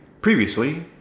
Previously